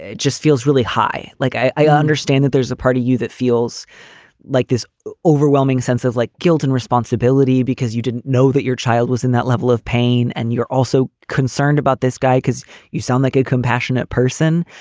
just feels really high. like i understand that there's a part of you that feels like this overwhelming sense of like guilt and responsibility because you didn't know that your child was in that level of pain. and you're also concerned about this guy because you sound like a compassionate person.